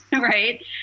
Right